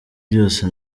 byose